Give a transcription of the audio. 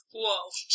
Whoa